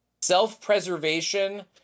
Self-preservation